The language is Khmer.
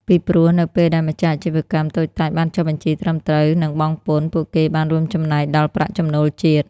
ពីព្រោះនៅពេលដែលម្ចាស់អាជីវកម្មតូចតាចបានចុះបញ្ជីត្រឹមត្រូវ និងបង់ពន្ធ ពួកគេបានរួមចំណែកដល់ប្រាក់ចំណូលជាតិ។